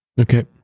Okay